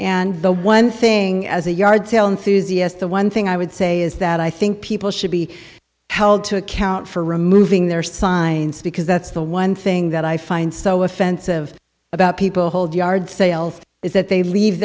and the one thing as a yard sale enthusiasm the one thing i would say is that i think people should be held to account for removing their signs because that's the one thing that i find so offensive about people hold yard sales is that they leave